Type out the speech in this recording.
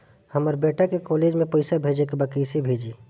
हमर बेटा के कॉलेज में पैसा भेजे के बा कइसे भेजी?